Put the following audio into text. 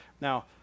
Now